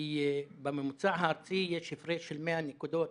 כי בממוצע הארצי יש הפרש של 100 נקודות